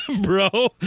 Bro